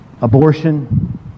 abortion